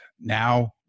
now